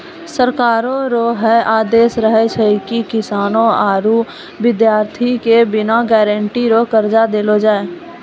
सरकारो रो है आदेस रहै छै की किसानो आरू बिद्यार्ति के बिना गारंटी रो कर्जा देलो जाय छै